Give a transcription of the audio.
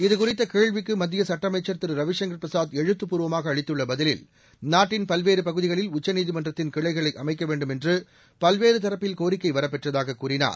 இதுகுறித்த கேள்விக்கு மத்திய சட்ட அமைச்சர் திரு ரவிசங்கர் பிரசாத் எழுத்தபூர்வமாக அளித்துள்ள பதிலில் நாட்டின் பல்வேறு பகுதிகளில் உச்சநீதிமன்றத்தின் கிளைகளை அமைக்க வேண்டும் என்று பல்வேறு தரப்பில் கோரிக்கை வரப்பெற்றதாக கூறினார்